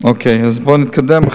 בוא נתקדם,